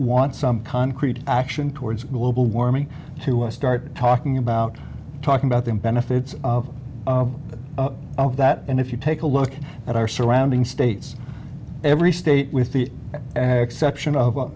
want some concrete action towards global warming to start talking about talking about the benefits of that and if you take a look at our surrounding states every state with the exception of